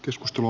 keskustelu